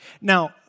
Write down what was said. Now